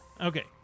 Okay